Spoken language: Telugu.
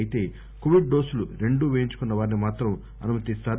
అయితే కోవిడ్ డోసులు రెండూ పేయించుకున్న వారిని మాత్రం అనుమతిస్తారు